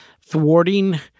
thwarting